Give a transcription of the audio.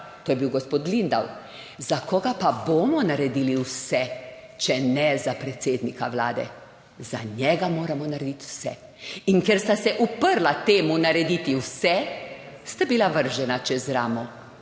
to je bil gospod Lindav, za koga pa bomo naredili vse, če ne za predsednika vlade. Za njega moramo narediti vse. In ker sta se uprla temu narediti vse, sta bila vržena čez ramo.